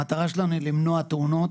המטרה שלנו היא למנוע תאונות,